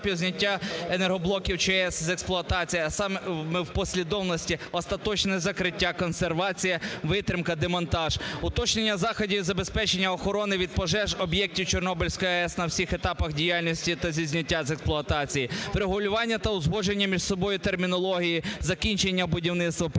зняття енергоблоків ЧАЕС з експлуатації, а саме в послідовності: остаточне закриття, консервація, витримка, демонтаж. Уточнення заходів із забезпечення охорони від пожеж об'єктів Чорнобильської АЕС на всіх етапах діяльності та зі зняття з експлуатації, врегулювання та узгодження між собою термінології закінчення будівництва, прийняття